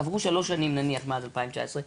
עברו שלוש שנים מאז 2019,